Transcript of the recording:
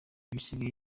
bisigaye